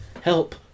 Help